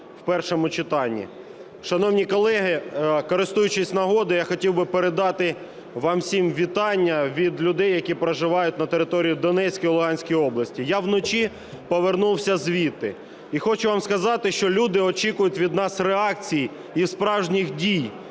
у першому читанні. Шановні колеги, користуючись нагодою, я хотів би передати вам усім вітання від людей, які проживають на території Донецької, Луганської області. Я вночі повернувся звідти і хочу вам сказати, що люди очікують від нас реакції і справжніх дій.